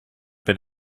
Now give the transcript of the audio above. been